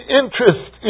interest